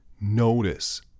notice